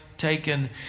Taken